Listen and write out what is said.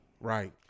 Right